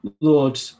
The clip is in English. Lord